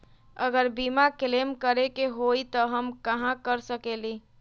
अगर बीमा क्लेम करे के होई त हम कहा कर सकेली?